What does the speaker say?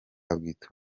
abwita